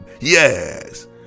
yes